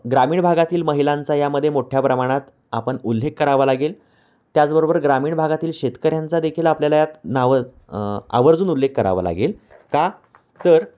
ग्रामीण भागातील महिलांचा यामध्ये मोठ्या प्रमाणात आपण उल्लेख करावं लागेल त्याचबरोबर ग्रामीण भागातील शेतकऱ्यांचा देेखील आपल्याला यात नावज आवर्जून उल्लेख करावा लागेल का तर